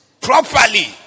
properly